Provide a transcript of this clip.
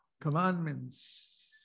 commandments